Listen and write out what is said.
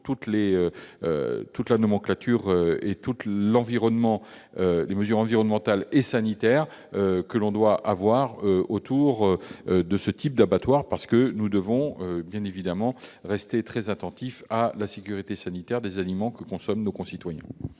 toute la nomenclature et les mesures environnementales et sanitaires nécessaires pour un abattoir. En effet, nous devons bien évidemment rester très attentifs à la sécurité sanitaire des aliments que consomment nos concitoyens.